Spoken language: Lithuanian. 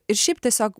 ir šiaip tiesiog